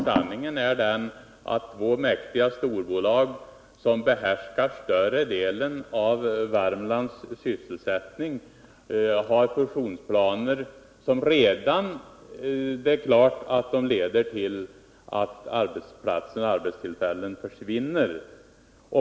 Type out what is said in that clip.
Sanningen är den att två mäktiga storbolag, som behärskar större delen av Värmlands sysselsättning, har fusionsplaner, och det är redan klart att dessa leder till att arbetsplatser och arbetstillfällen försvinner.